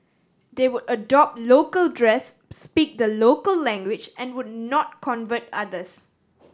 they would adopt local dress speak the local language and would not convert others